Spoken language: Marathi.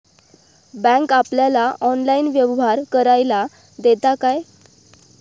बँक आपल्याला ऑनलाइन व्यवहार करायला देता काय?